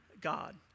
God